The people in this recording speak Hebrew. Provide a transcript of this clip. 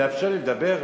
לאפשר לי לדבר.